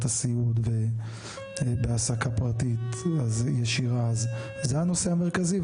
הסיעוד ובהעסקה פרטית ישירה אז זה הנושא המרכזי.